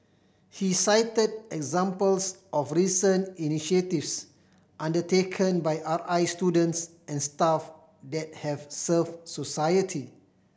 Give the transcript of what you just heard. he cited examples of recent initiatives undertaken by R I students and staff that have served society